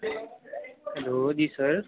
hello ji sir